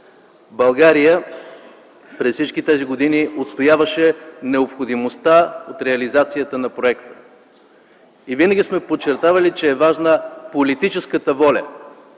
проект. През всички тези години България отстояваше необходимостта от реализацията на проекта. Винаги сме подчертавали, че е важна политическата воля